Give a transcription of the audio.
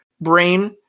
brain